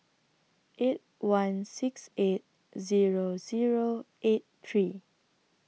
eight one six eight Zero Zero eight three